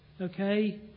okay